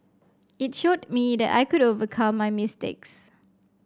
it showed me that I could overcome my mistakes